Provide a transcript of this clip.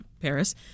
Paris